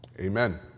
Amen